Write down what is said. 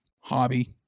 hobby